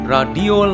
Radio